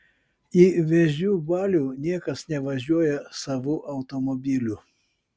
į vėžių balių niekas nevažiuoja savu automobiliu